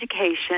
education